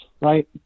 right